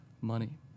money